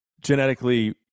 genetically